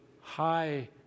high